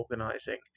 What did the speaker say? organising